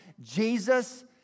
Jesus